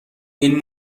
این